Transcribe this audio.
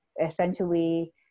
essentially